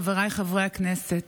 חבריי חברי הכנסת,